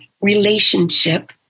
relationship